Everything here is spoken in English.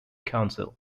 council